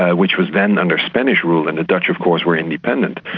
ah which was then under spanish rule and the dutch of course were independent.